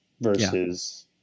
versus